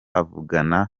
avugana